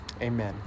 Amen